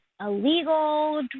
illegal